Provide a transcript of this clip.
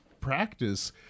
practice